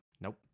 Nope